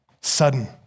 sudden